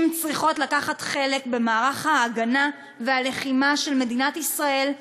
צריכות לקחת חלק במערך ההגנה והלחימה של מדינת ישראל,